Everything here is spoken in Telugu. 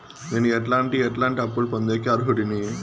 నేను ఎట్లాంటి ఎట్లాంటి అప్పులు పొందేకి అర్హుడిని?